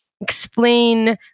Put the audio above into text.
explain